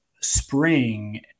spring